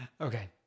Okay